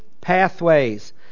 pathways